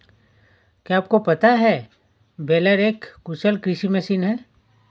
क्या आपको पता है बेलर एक कुशल कृषि मशीन है?